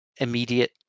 immediate